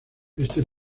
este